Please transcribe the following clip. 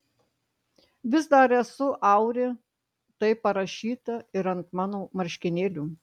vis dar esu auri taip parašyta ir ant mano marškinėlių